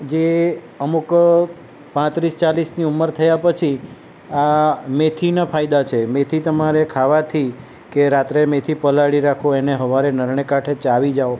જે અમુક પાત્રીસ ચાલીસની ઉંમર થયા પછી આ મેથીના ફાયદા છે મેથી તમારે ખાવાથી કે રાત્રે મેથી પલાળી રાખો એને સવારે નરણે કોઠે ચાવી જાવ